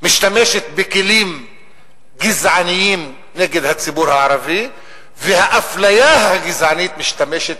משתמשת בכלים גזעניים נגד הציבור הערבי והאפליה הגזענית משתמשת